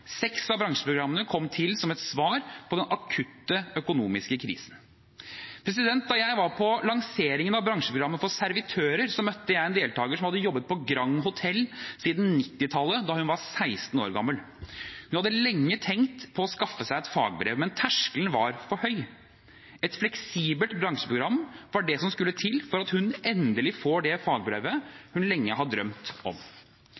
Seks av bransjeprogrammene kom til som et svar på den akutte økonomiske krisen. Da jeg var på lanseringen av bransjeprogrammet for servitører, møtte jeg en deltaker som hadde jobbet på Grand Hotel siden 1990-tallet, da hun var 16 år gammel. Hun hadde lenge tenkt på å skaffe seg et fagbrev, men terskelen var for høy. Et fleksibelt bransjeprogram var det som skulle til for at hun endelig kan få det fagbrevet hun lenge har drømt om.